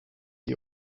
die